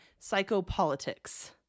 psychopolitics